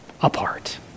apart